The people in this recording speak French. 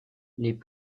les